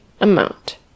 amount